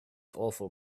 awful